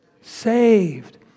Saved